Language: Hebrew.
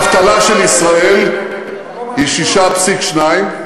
האבטלה של ישראל היא 6.2%,